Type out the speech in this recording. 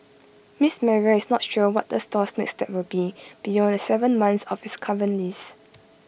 miss Maria is not sure what the store's next step will be beyond the Seven months of its current lease